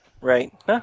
Right